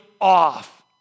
off